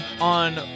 on